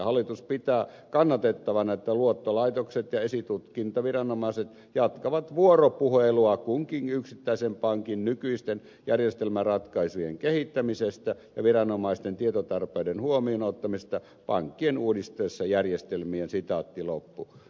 hallitus pitää kannatettavana että luottolaitokset ja esitutkintaviranomaiset jatkavat vuoropuhelua kunkin yksittäisen pankin nykyisten järjestelmäratkaisujen kehittämisestä ja viranomaisten tietotarpeiden huomioon ottamisesta pankkien uudistaessa järjestelmiään